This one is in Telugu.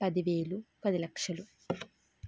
పదివేలు పది లక్షలు